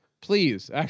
please